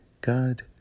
God